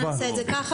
אוקיי, נעשה את זה ככה.